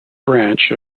branch